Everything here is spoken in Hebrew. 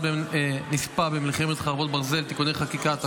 מהם נספה במלחמת חרבות ברזל (תיקוני חקיקה),